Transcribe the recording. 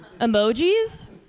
emojis